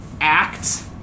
act